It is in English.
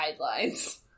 guidelines